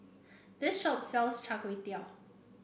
this shop sells Char Kway Teow